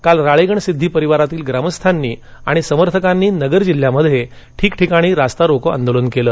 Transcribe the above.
काल राळेगण सिद्वी परिवारातील ग्रामस्थांनी आणि समर्थकांनी नगर जिल्ह्यामध्ये ठिकठिकाणी रास्ता रोको आंदोलन केले